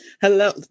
Hello